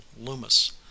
Loomis